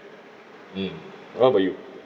mm what about you